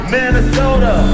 Minnesota